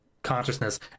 consciousness